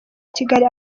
kigali